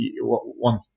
one